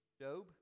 Job